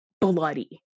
bloody